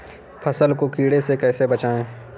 फसल को कीड़े से कैसे बचाएँ?